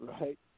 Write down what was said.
right